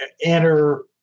enter